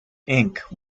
inc